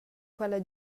quella